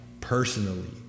personally